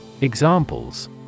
Examples